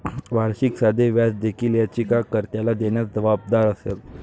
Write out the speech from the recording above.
वार्षिक साधे व्याज देखील याचिका कर्त्याला देण्यास जबाबदार असेल